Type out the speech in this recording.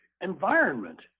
environment